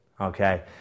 Okay